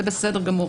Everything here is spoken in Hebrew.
זה בסדר גמור,